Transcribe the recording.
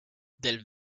del